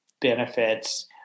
benefits